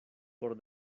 por